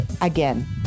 again